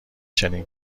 چنین